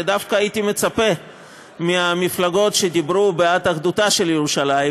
ודווקא הייתי מצפה מהמפלגות שדיברו בעד אחדותה של ירושלים,